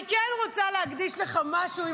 אני כן רוצה להקדיש לך משהו.